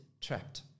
trapped